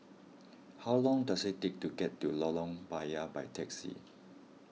how long does it take to get to Lorong Payah by taxi